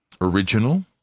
original